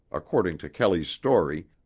according to kelley's story,